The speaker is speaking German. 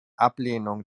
ablehnung